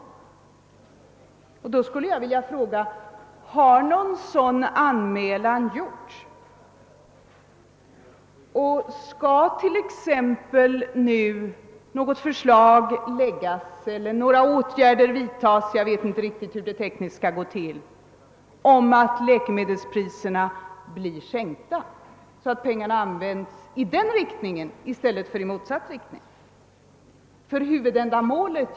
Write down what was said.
Då skulle jag vilja fråga, om någon sådan anmälan har gjorts. Skall t.ex. nu något förslag framläggas eller några åtgärder vidtas — jag vet inte hur det tekniskt skall gå till — i syfte att läkemedelspriserna sänks, så att pengarna används på det viset i stället för på motsatt sätt?